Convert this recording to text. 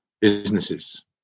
businesses